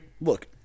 look